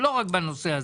זה לא רק בנושא הזה.